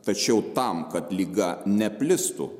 tačiau tam kad liga neplistų